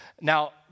Now